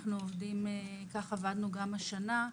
כך עבדנו גם השנה.